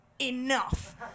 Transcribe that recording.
Enough